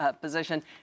position